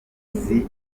izi